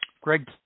Greg